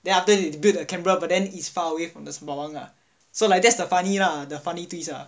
then after they build canberra but then is far away from the sembawang lah so like that's the funny lah the funny twist ah